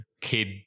Kid